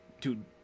Dude